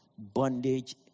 bondage